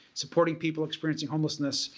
supporting people experiencing homelessness,